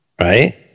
right